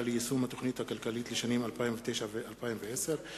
ליישום התוכנית הכלכלית לשנים 2009 ו-2010),